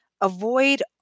avoid